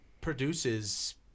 produces